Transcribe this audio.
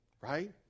Right